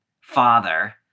father